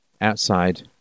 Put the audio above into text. outside